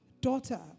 Daughter